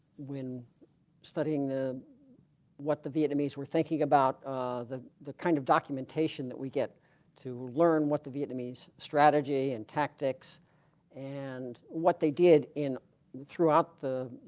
when studying the what the vietnamese we're thinking about the the kind of documentation that we get to learn what the vietnamese strategy and tactics and what they did in throughout the